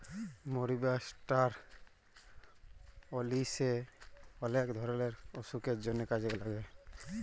মরি বা ষ্টার অলিশে অলেক ধরলের অসুখের জন্হে কাজে লাগে